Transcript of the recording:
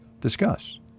Discuss